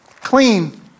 clean